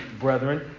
brethren